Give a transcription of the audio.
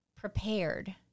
prepared